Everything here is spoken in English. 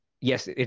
yes